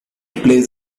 plays